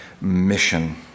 mission